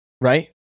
right